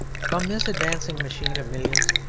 from this advancing machine of millions,